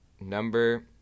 Number